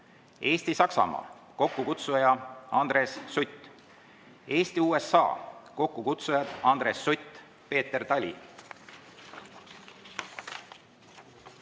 Eesti-Saksamaa, kokkukutsuja Andres Sutt; Eesti-USA, kokkukutsujad Andres Sutt, Peeter Tali;